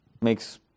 makes